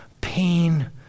pain